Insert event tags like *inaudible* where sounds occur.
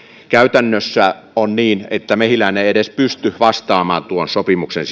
käytännössä on niin että mehiläinen ei edes pysty vastaamaan tuon sopimuksen *unintelligible*